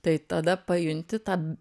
tai tada pajunti tą